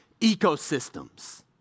ecosystems